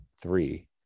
three